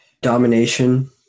domination